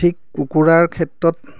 ঠিক কুকুৰাৰ ক্ষেত্ৰত